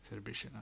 celebration